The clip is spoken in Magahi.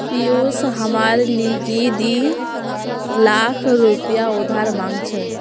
पियूष हमार लीगी दी लाख रुपया उधार मांग छ